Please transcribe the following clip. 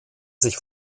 sich